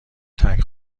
ترک